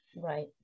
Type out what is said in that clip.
Right